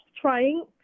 trying